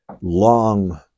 long